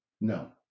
No